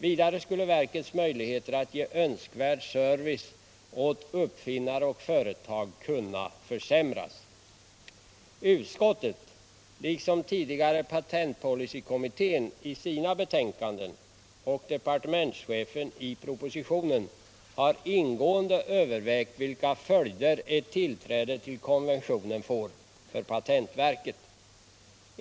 Vidare skulle verkets möjligheter att ge önskvärd service åt uppfinnare och företag kunna försämras. Utskottet — liksom tidigare patentpolicykommittén i sina betänkanden och departemcentschefen i propositionen — har ingående övervägt vilka följder ett tillträde till konventionen får för patentverket.